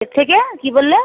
এর থেকে কী বললে